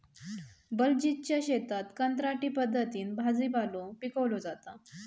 बलजीतच्या शेतात कंत्राटी पद्धतीन भाजीपालो पिकवलो जाता